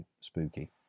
spooky